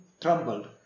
trembled